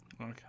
Okay